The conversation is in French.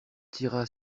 tira